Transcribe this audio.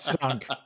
sunk